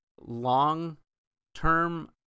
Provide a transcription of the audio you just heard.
long-term